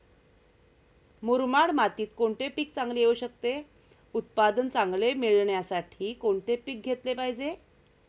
मुरमाड मातीत कोणते पीक चांगले येऊ शकते? उत्पादन चांगले मिळण्यासाठी कोणते पीक घेतले पाहिजे?